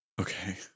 Okay